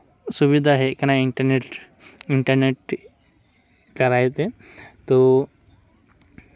ᱥᱩᱵᱤᱫᱷᱟ ᱦᱮᱡ ᱠᱟᱱᱟ ᱤᱱᱴᱟᱨᱱᱮᱴ ᱤᱱᱴᱟᱨᱱᱮᱴ ᱫᱟᱨᱟᱭ ᱛᱮ ᱛᱳ